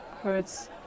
hurts